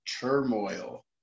Turmoil